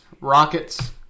Rockets